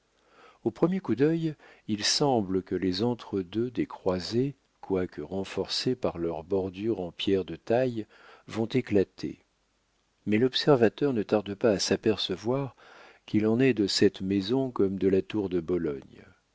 au premier coup d'œil il semble que les entre-deux des croisées quoique renforcés par leurs bordures en pierre de taille vont éclater mais l'observateur ne tarde pas à s'apercevoir qu'il en est de cette maison comme de la tour de bologne